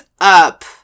up